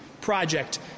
project